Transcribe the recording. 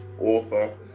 Author